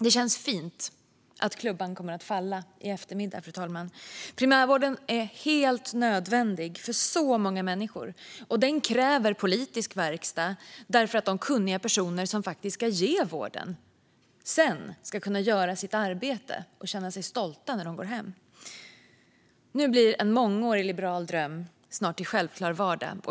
Det känns fint att klubban kommer att falla i eftermiddag, fru talman. Primärvården är helt nödvändig för så många människor, och den kräver politisk verkstad för att de kunniga personer som ska ge vården sedan ska kunna göra sitt arbete och känna sig stolta när de går hem. Nu blir en mångårig liberal dröm snart till självklar vardag.